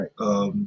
Right